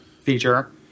feature